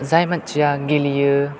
जाय मानसिया गेलेयो